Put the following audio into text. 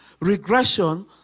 regression